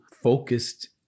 focused